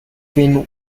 been